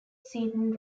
seaton